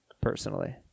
personally